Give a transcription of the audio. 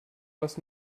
was